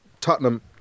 Tottenham